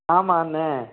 ஆமாம் அண்ணே